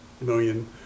million